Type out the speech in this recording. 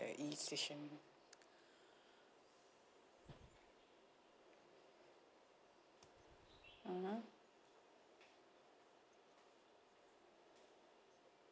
E station mmhmm